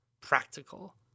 practical